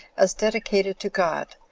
as dedicated to god,